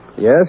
Yes